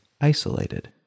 isolated